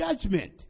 judgment